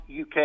UK